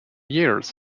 years